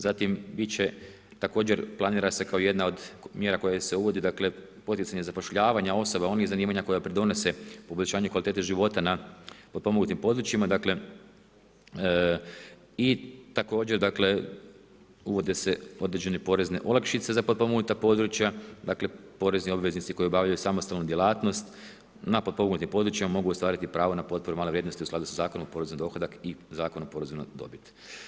Zatim, bit će, također planira se kao jedna od mjera se koje se uvodi, dakle poticanje zapošljavanja osoba onih zanimanja koja pridonose poboljšanju kvalitete života na potpomognutim područjima i također dakle, uvode se određene porezne olakšice za potpomognuta područja, dakle porezni obveznici koji obavljaju samostalnu djelatnost na potpomognutim područjima mogu ostvariti pravo na potporu male vrijednost u skladu sa Zakonom o porezu na dohodak i Zakonu o porezu na dobit.